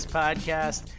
podcast